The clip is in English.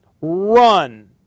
run